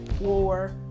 war